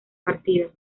partida